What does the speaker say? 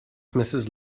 mrs